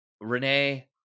Renee